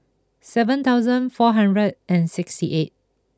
seven thousand four hundred and sixty eight